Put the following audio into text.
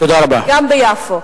גם ביפו.